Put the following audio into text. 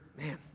man